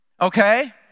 okay